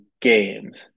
games